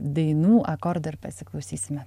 dainų akordų ir pasiklausysime